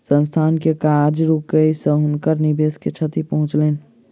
संस्थान के काज रुकै से हुनकर निवेश के क्षति पहुँचलैन